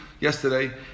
Yesterday